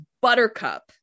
Buttercup